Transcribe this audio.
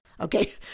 Okay